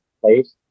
place